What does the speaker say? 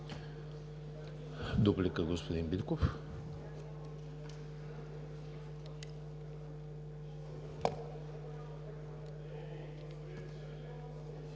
Дуплика, господин Биков.